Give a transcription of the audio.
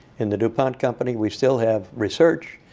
in the dupont company we still have research,